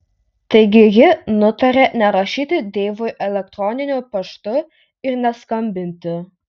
taigi ji nutarė nerašyti deivui elektroniniu paštu ir neskambinti